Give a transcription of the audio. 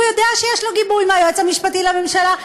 הוא יודע שיש לו גיבוי מהיועץ המשפטי לממשלה,